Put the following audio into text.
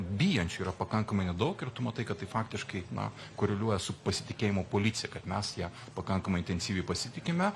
bijančių yra pakankamai nedaug ir tu matai kad tai faktiškai na koreliuoja su pasitikėjimu policija kad mes ja pakankamai intensyviai pasitikime